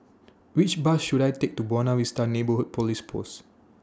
Which Bus should I Take to Buona Vista Neighbourhood Police Post